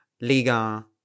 Liga